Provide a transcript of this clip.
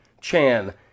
Chan